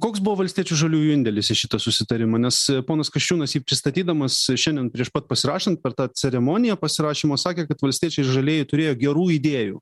koks buvo valstiečių žaliųjų indėlis į šitą susitarimą nes ponas kasčiūnas jį pristatydamas šiandien prieš pat pasirašant per tą ceremoniją pasirašymo sakė kad valstiečiai ir žalieji turėjo gerų idėjų